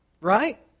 Right